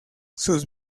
sus